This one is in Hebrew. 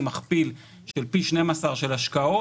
עם מכפיל של פי 12 של השקעות.